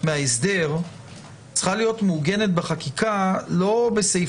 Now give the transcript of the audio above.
מההסדר צריכה להיות מעוגנת בחקיקה לא בסעיף